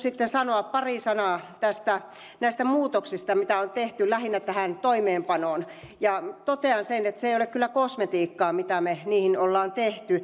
sitten haluan sanoa pari sanaa myös näistä muutoksista mitä on tehty lähinnä tähän toimeenpanoon totean sen että se ei ole kyllä kosmetiikkaa mitä me niihin olemme